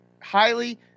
highly –